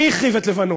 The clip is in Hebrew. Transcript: מי החריב את לבנון?